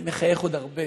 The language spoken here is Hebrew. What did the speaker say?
אני מחייך עוד הרבה.